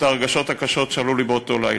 הרגשות הקשים שעלו אצלי באותו לילה.